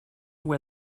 where